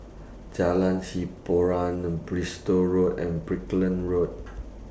Jalan Hiboran Bristol Road and Brickland Road